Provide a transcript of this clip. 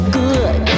good